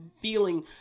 feeling